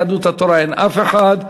הצעת יהדות התורה, אין אף אחד.